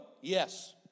Yes